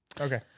Okay